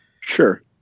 Sure